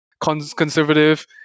conservative